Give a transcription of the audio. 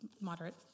moderate